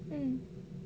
mm